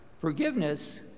forgiveness